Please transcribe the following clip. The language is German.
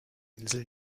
insel